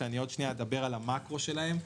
עוד מעט אדבר על המקרו שלהם,